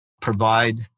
provide